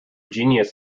genius